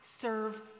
serve